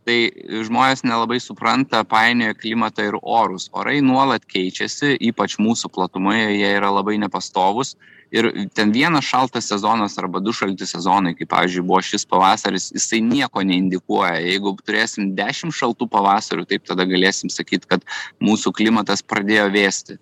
tai žmonės nelabai supranta painioja klimatą ir orus orai nuolat keičiasi ypač mūsų platumoje jie yra labai nepastovūs ir ten vienas šaltas sezonas arba du šalti sezonai kai pavyzdžiui buvo šis pavasaris jisai nieko neindikuoja jeigu turėsim dešimt šaltų pavasarių taip tada galėsim sakyt kad mūsų klimatas pradėjo vėsti